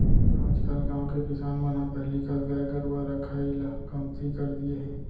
आजकल गाँव के किसान मन ह पहिली कस गाय गरूवा रखाई ल कमती कर दिये हें